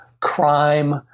crime